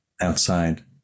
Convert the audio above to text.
outside